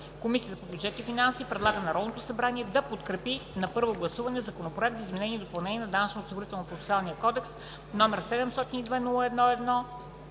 Комисията по бюджет и финанси предлага на Народното събрание да подкрепи на първо гласуване Законопроект за изменение и допълнение на Данъчно – осигурителния